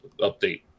update